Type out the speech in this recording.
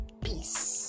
Peace